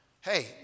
Hey